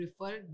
prefer